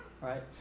right